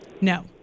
no